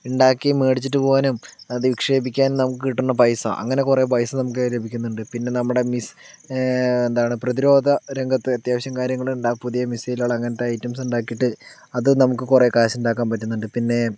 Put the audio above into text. ഉണ്ടാക്കി മേടിച്ചിട്ട് പോകാനും നിക്ഷേപിക്കാനും നമ്മുക്ക് കിട്ടണ പൈസ അങ്ങനെ കുറെ പൈസ നമ്മുക്ക് ലഭിക്കുന്നുണ്ട് പിന്നെ നമ്മടെ മിസ് എന്താണ് പ്രതിരോധ രംഗത്ത് അത്യാവശ്യം കാര്യങ്ങളുണ്ട് പുതിയ മിസൈലുകൾ അങ്ങനത്തെ ഐറ്റംസ് ഉണ്ടാക്കിയിട്ട് അത് നമക്ക് കുറെ കാശുണ്ടാക്കാൻ പറ്റുന്നുണ്ട് പിന്നെ